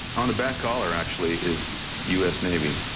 on the back collar, actually, is us navy.